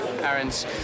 Aaron's